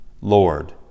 Lord